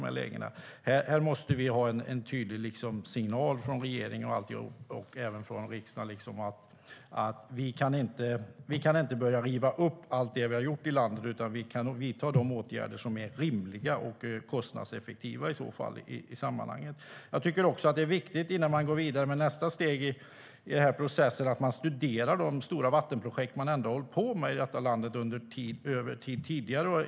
Här måste vi ha en tydlig signal från regeringen och även från riksdagen om att vi inte kan börja riva upp allt det vi har gjort i landet, utan vi ska vidta åtgärder som är rimliga och kostnadseffektiva. Innan man går vidare med nästa steg i den här processen är det viktigt att studera de stora vattenprojekt man har hållit på med i detta land tidigare.